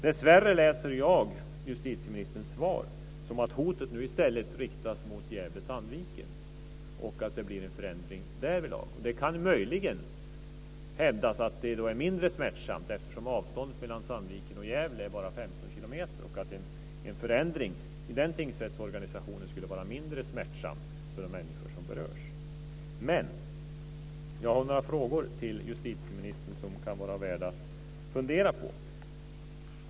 Dessvärre läser jag justitieministerns svar som att hotet nu i stället riktas mot Gävle och Sandviken och att det blir en förändring därvidlag. Det kan möjligen hävdas att det är mindre smärtsamt, eftersom avståndet mellan Sandviken och Gävle bara är 15 kilometer och att en förändring i den tingsrättsorganisationen skulle vara mindre smärtsam för de människor som berörs. Jag har några frågor till justitieministern som kan vara värda att fundera på.